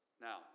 Now